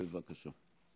בבקשה.